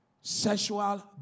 sexual